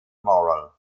moral